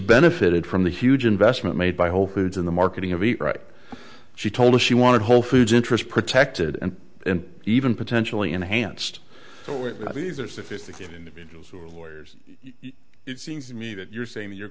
benefited from the huge investment made by whole foods in the marketing of the right she told us she wanted whole foods interest protected and even potentially enhanced these are sophisticated individuals who are lawyers it seems to me that you're saying your